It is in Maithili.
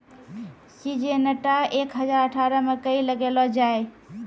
सिजेनटा एक हजार अठारह मकई लगैलो जाय?